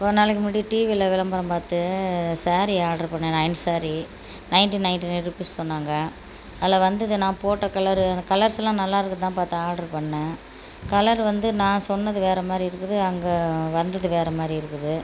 கொஞ்சம் நாளைக்கு முன்னாடி டிவியில் விளம்பரம் பார்த்து ஸ்சரி ஆர்டர் பண்ணிண nine sorry nineteen ninety nine rupees சொன்னாங்கள் அதில் வந்தது நான் போட்ட கலர் கலர்ஸ்லாம் நல்லா இருக்குனுதான் பார்த்து ஆர்டர் பண்ண கலர் வந்து நான் சொன்னது வேறு மாதிரி இருக்குது அங்கே வந்தது வேறு மாதிரி இருக்குது